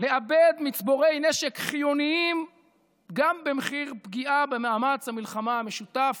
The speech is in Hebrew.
לאבד מצבורי נשק חיוניים גם במחיר פגיעה במאמץ המלחמה המשותף,